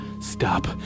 stop